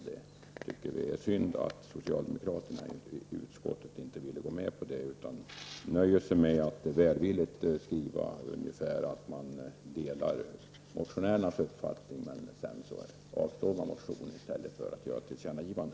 Jag tycker att det är synd att socialdemokraterna i utskottet inte vill gå med på det utan nöjer sig med att välvilligt skriva att man delar motionärernas uppfattning och sedan avstår från att föreslå ett tillkännagivande.